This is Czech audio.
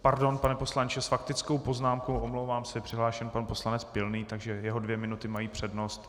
Pardon, pane poslanče, s faktickou poznámkou, omlouvám se, je přihlášen pan poslanec Pilný, takže jeho dvě minuty mají přednost.